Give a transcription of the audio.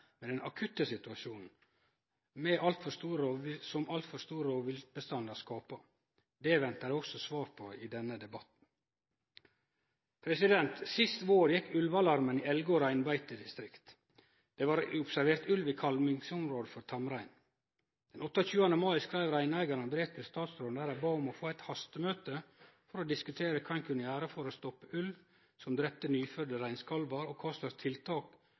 med den akutte situasjonen som alt for store rovviltbestandar skapar. Det ventar eg svar på i denne debatten. Sist vår gjekk ulvealarmen i Elgå reinbeitedistrikt. Det var observert ulv i kalvingsområdet for tamrein. Den 28. mai skreiv reineigarane brev til statsråden, der dei bad om eit hastemøte for å diskutere kva ein kunne gjere for å stoppe ulv som drap nyfødde reinkalvar, og kva slags tiltak